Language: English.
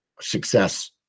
success